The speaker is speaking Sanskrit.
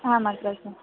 आम् अग्रज